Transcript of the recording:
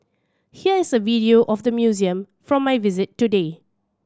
here is a video of the museum from my visit today